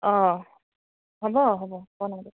অঁ হ'ব হ'ব বনাব